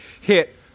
hit